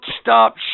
stop